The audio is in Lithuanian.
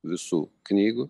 visų knygų